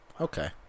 Okay